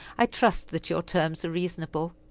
i trust that your terms are reasonable.